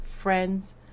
friends